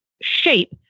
shape